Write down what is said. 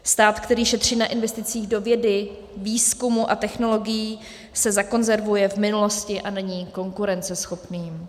Stát, který šetří na investicích do vědy, výzkumu a technologií, se zakonzervuje v minulosti a není konkurenceschopný.